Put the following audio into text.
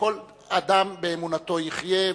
כל אדם באמונתו יחיה,